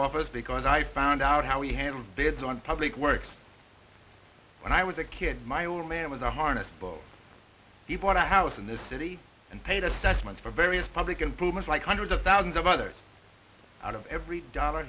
office because i found out how we handle vegas on public works when i was a kid my old man was a harness book he bought a house in the city and paid assessments for various public improvements like hundreds of thousands of others out of every dollar